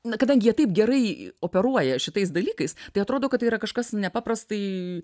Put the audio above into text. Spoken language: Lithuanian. na kadangi jie taip gerai operuoja šitais dalykais tai atrodo kad tai yra kažkas nepaprastai